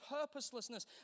purposelessness